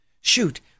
Shoot